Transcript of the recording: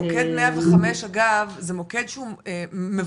המוקד 105 אגב, זה מוקד שהוא מבורך,